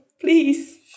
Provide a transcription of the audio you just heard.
please